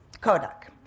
Kodak